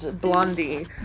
Blondie